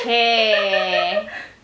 !chey!